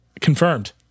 Confirmed